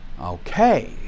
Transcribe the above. Okay